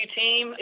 team